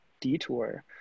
Detour